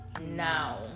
Now